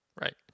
Right